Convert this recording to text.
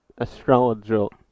astrological